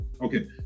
okay